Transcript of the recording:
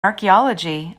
archaeology